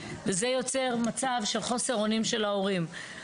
וזה יוצר מצב של חוסר אונים של ההורים.